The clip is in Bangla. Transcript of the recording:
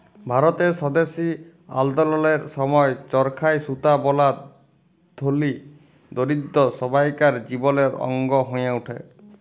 ভারতের স্বদেশী আল্দললের সময় চরখায় সুতা বলা ধলি, দরিদ্দ সব্বাইকার জীবলের অংগ হঁয়ে উঠে